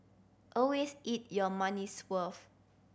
always eat your money's worth